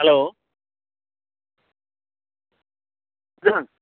hello ओ